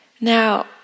Now